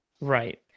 Right